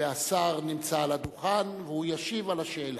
והשר נמצא על הדוכן והוא ישיב על השאלה.